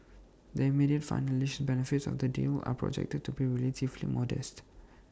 the immediate financial benefits of the deal are projected to be relatively modest